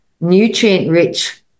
nutrient-rich